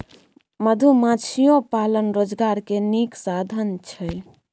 मधुमाछियो पालन रोजगार के नीक साधन छइ